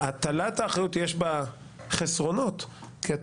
הטלת האחריות יש בה חסרונות כי אתה